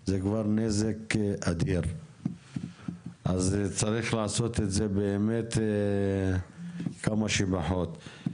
זה נזק אדיר ולכן צריך לעשות את זה כמה שפחות.